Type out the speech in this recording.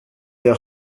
der